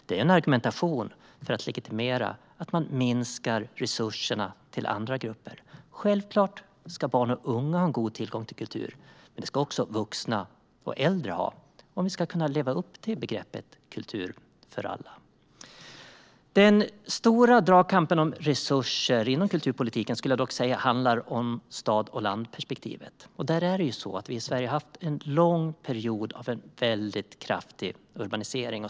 Det är en argumentation för att legitimera att man vill minska resurserna till andra grupper. Självklart ska barn och unga ha en god tillgång till kultur, liksom vuxna och äldre, om vi ska kunna leva upp till begreppet kultur för alla. Den stora dragkampen om resurser inom kulturpolitiken skulle jag dock säga handlar om stad-och-land-perspektivet. I Sverige har vi haft en lång period av kraftig urbanisering.